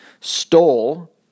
stole